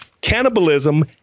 cannibalism